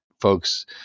folks